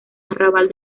arrabal